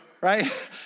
right